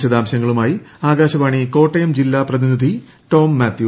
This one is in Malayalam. വിശദാംശങ്ങളുമായി ആകാശവാണി കോട്ടയം ജില്ലാ പ്രതിനിധി ടോം മാത്യു